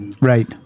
Right